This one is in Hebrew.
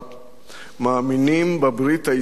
מאמינים בברית הישראלית,